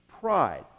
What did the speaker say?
pride